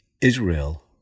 Israel